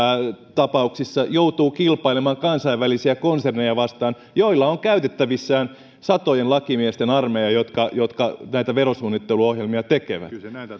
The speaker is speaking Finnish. tapauksissa joutuu kilpailemaan kansainvälisiä konserneja vastaan joilla on käytettävissään satojen lakimiesten armeija jotka jotka näitä verosuunnitteluohjelmia tekevät